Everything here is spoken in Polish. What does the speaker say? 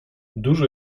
dużo